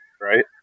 right